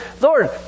Lord